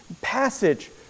passage